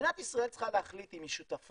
מדינת ישראל צריכה להחליט אם היא שותפה,